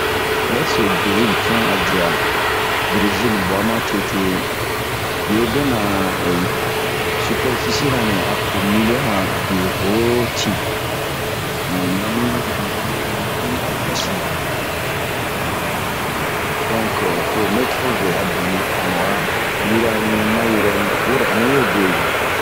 Oyi so berezil tun a dia, berezil gua matete, bewo bɛnaa sipɛrfisi nɛ a po miliora be hotin mun mi bun ɲusin. Obɛ mare, donke ,to ho meto be a benɛ mua yurɛni ma yurɛni wuro ɔni we guebin.